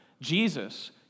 Jesus